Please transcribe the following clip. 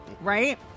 Right